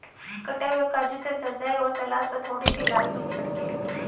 कटे हुए काजू से सजाएं और सलाद पर थोड़ी सी लाल मिर्च छिड़कें